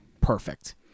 perfect